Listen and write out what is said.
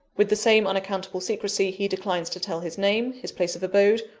with the same unaccountable secrecy, he declines to tell his name, his place of abode,